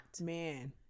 man